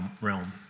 realm